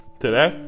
today